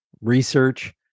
research